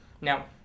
Now